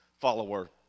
follower